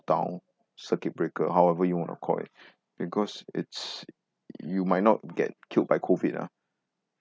down circuit breaker however you want to call it because it's you might not get killed by COVID ah